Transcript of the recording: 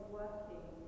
working